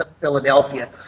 Philadelphia